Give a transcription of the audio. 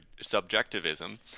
subjectivism